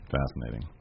fascinating